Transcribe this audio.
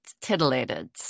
titillated